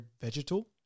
vegetal